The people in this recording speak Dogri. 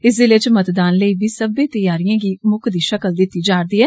इस जिले च मतदान लेई बी सब्बै तैयारिएं गी मुक्कदी शकल दित्ती जा'रदी ऐ